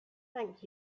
thank